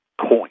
coin